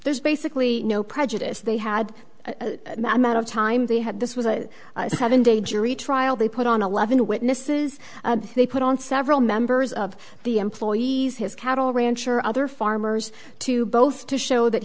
there's basically no prejudice they had a matter of time they had this was a seven day jury trial they put on eleven witnesses they put on several members of the employees his cattle rancher other farmers to both to show that